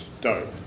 dope